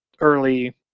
early